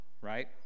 right